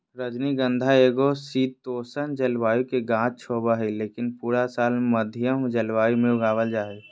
रजनीगंधा एगो शीतोष्ण जलवायु के गाछ होबा हय, लेकिन पूरा साल मध्यम जलवायु मे उगावल जा हय